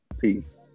Peace